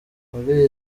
muri